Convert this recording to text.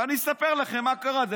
אני אספר לכם מה קרה.